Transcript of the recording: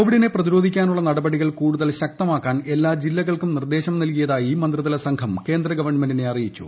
കോവിഡിനെ പ്രതിരോധിക്കാനുള്ള നടപടികൾ കൂടുതൽ ശക്തമാക്കാൻ എല്ലാ ജില്ലകൾക്കും നിർദ്ദേശം നൽകിയതായി മന്ത്രിതല സംഘം കേന്ദ്ര ഗവൺമെന്റിനെ അറിയിച്ചു